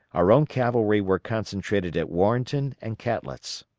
our own cavalry were concentrated at warrenton and catlett's.